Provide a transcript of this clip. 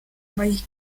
magic